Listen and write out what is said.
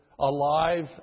alive